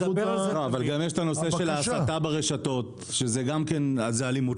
יש גם את הנושא של ההסתה ברשתות שזה גם כן אלימות.